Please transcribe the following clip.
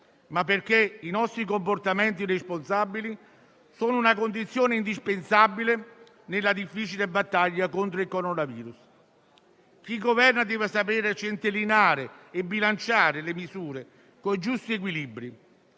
ma perché i nostri comportamenti responsabili sono una condizione indispensabile nella difficile battaglia contro il coronavirus. Chi governa deve saper centellinare e bilanciare le misure con i giusti equilibri.